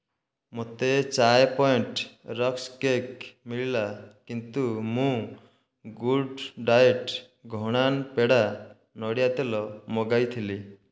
ମୋତେ Chai point rusk cake ମିଳିଲା କିନ୍ତୁ ମୁଁ ଗୁଡ୍ଡ଼ାଏଟ୍ ଘଣା ପେଡ଼ା ନଡ଼ିଆ ତେଲ ମଗାଇଥିଲି